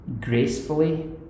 gracefully